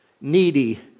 needy